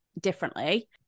differently